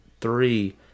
three